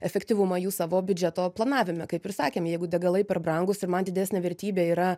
efektyvumą jų savo biudžeto planavime kaip ir sakėm jeigu degalai per brangūs ir man didesnė vertybė yra